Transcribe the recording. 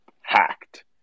hacked